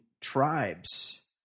tribes